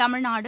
Tamil Nadu